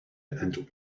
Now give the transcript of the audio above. and